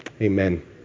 amen